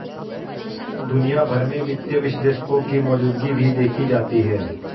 दुनिया भर में वित्तीय विश्लेषकों की मौजूदगी भी देखी जाती है